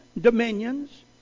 dominions